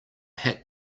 hat